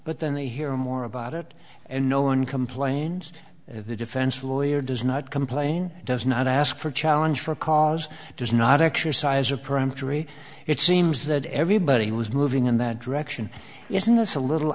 but then they hear more about it and no one complains if the defense lawyer does not complain does not ask for challenge for a cause does not exercise a peremptory it seems that everybody was moving in that direction isn't this a little